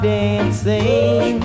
dancing